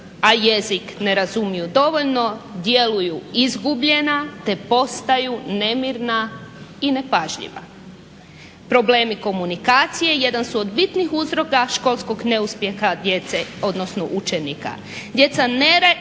a jezik ne razumiju dovoljno djeluju izgubljena te postaju nemirna i nepažljiva. Problemi komunikacije su jedan od bitnih uzroka školskog neuspjeha djece odnosno učenika. Djeca nerijetko